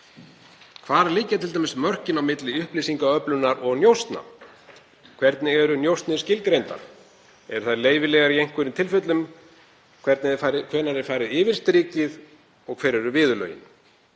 Hvar liggja t.d. mörkin á milli upplýsingaöflunar og njósna? Hvernig eru njósnir skilgreindar? Eru þær leyfilegar í einhverjum tilfellum? Hvenær er farið yfir strikið og hver eru viðurlögin?